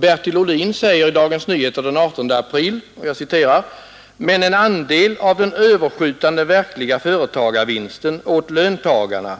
Bertil Ohlin skrev i Dagens Nyheter den 18 april: ”Men en andel av den överskjutande verkliga företagarvinsten åt löntagarna